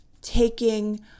taking